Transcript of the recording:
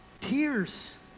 Tears